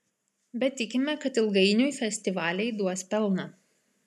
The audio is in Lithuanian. bet tikime kad ilgainiui festivaliai duos pelną